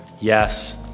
yes